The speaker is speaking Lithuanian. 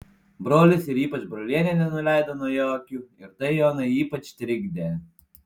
brolis ir ypač brolienė nenuleido nuo jo akių ir tai joną ypač trikdė